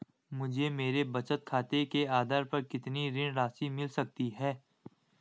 मुझे मेरे बचत खाते के आधार पर कितनी ऋण राशि मिल सकती है?